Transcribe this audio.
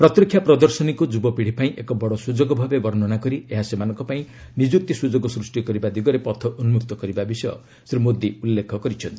ପ୍ରତିରକ୍ଷା ପ୍ରଦର୍ଶନୀକୁ ଯୁବପୀତ୍ ି ପାଇଁ ଏକ ବଡ଼ ସୁଯୋଗ ଭାବେ ବର୍ଷନା କରି ଏହା ସେମାନଙ୍କ ପାଇଁ ନିଯୁକ୍ତି ସୁଯୋଗ ସ୍ନୁଷ୍ଟି କରିବା ଦିଗରେ ପଥ ଉନ୍ମକ୍ତ କରିବା ବିଷୟ ଶ୍ରୀ ମୋଦୀ ଉଲ୍ଲେଖ କରିଛନ୍ତି